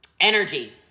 Energy